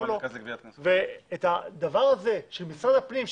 את הדבר הזה ממשרד הפנים,